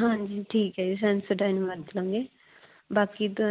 ਹਾਂਜੀ ਠੀਕ ਹੈ ਜੀ ਸੈਂਸੋਡਾਇਨ ਵਰਤ ਲਾਂਗੇ ਬਾਕੀ ਤਾਂ